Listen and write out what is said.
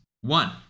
One